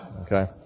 Okay